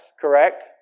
Correct